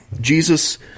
Jesus